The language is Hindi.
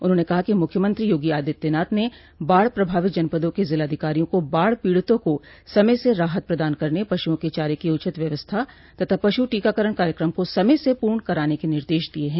उन्होंने कहा कि मुख्यमंत्री योगी आदित्यनाथ ने बाढ़ प्रभावित जनपदों के जिलाधिकारियों को बाढ़ पीड़ितों को समय से राहत प्रदान करने पशुओं के चारे की उचित व्यवस्था तथा पश् टीकाकरण कार्यक्रम को समय से पूर्ण कराने के निर्देश दिये हैं